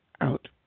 out